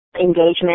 engagement